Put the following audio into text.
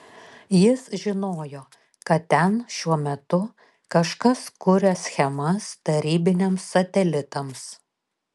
jis žinojo kad ten šiuo metu kažkas kuria schemas tarybiniams satelitams